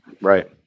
right